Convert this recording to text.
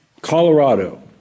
Colorado